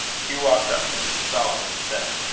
hugh walked up to this fellow, and said